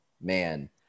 man